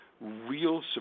real